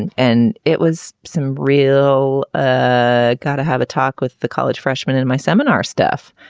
and and it was some real ah gotta have a talk with the college freshmen in my seminar stuff.